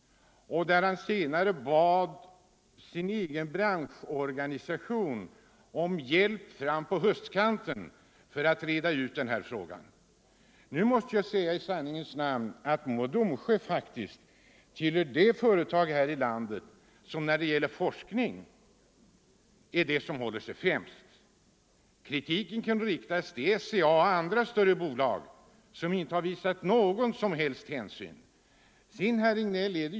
Han bad senare fram på höstkanten sin egen branschorganisation om hjälp för att reda ut denna fråga. 129 Nu måste jag i sanningens namn säga att Mo och Domsjö faktiskt tillhör de företag här i landet som i fråga om forskning håller sig främst. Kritiken kan i större utsträckning riktas mot SCA och andra storbolag, som inte har visat någon som helst hänsyn.